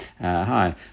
Hi